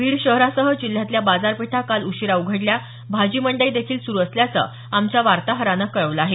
बीड शहरासह जिल्ह्यातल्या बाजारपेठा काल उशीरा उघडल्या भाजी मंडई देखील सुरू असल्याचं आमच्या वार्ताहरानं कळवलं आहे